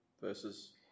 versus